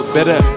Better